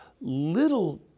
little